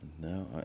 No